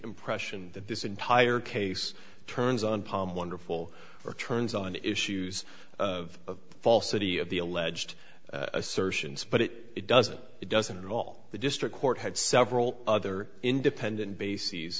impression that this entire case turns on palm wonderful for turns on issues of falsity of the alleged assertions but it doesn't it doesn't at all the district court had several other independent bases